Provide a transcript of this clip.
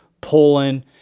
Poland